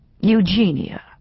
Eugenia